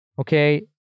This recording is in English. okay